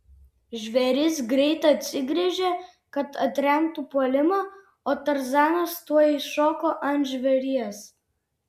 žvėris greit atsigręžė kad atremtų puolimą o tarzanas tuoj šoko ant žvėries